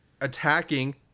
attacking